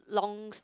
long